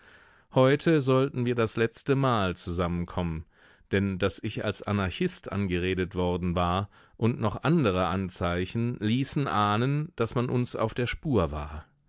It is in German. heute sollten wir das letztemal zusammenkommen denn daß ich als anarchist angeredet worden war und noch andere anzeichen ließen ahnen daß man uns auf der spur war